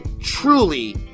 truly